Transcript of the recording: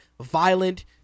Violent